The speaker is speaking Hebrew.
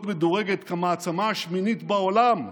להיות מדורגת כמעצמה השמינית בעולם,